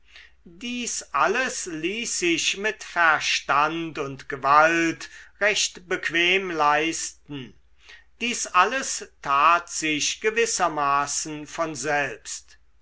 dies alles ließ sich mit verstand und gewalt recht bequem leisten dies alles tat sich gewissermaßen von selbst